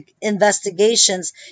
investigations